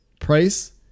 Price